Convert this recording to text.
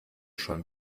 schon